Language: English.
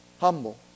humble